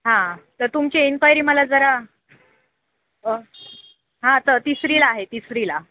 हां तर तुमची एन्क्वायरी मला जरा हां तर तिसरीला आहे तिसरीला